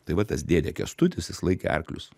tai va tas dėdė kęstutis jis laikė arklius